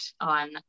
on